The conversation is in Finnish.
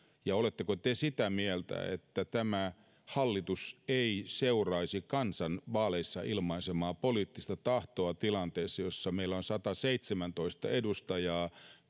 että te olette sitä mieltä että tämä hallitus ei seuraisi kansan vaaleissa ilmaisemaa poliittista tahtoa tilanteessa jossa meillä on sataseitsemäntoista edustajaa